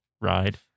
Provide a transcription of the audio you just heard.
ride